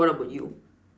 what about you